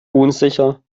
unsicher